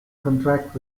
contract